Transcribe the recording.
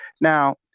Now